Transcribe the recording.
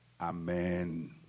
Amen